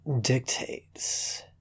Dictates